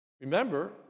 Remember